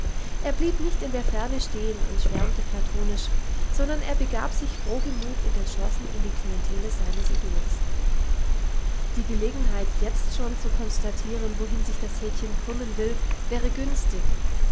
er blieb nicht in der ferne stehen und schwärmte platonisch sondern er begab sich frohgemut und entschlossen in die klientele seines idols die gelegenheit jetzt schon zu konstatieren wohin sich das häkchen krümmen will wäre günstig